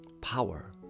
power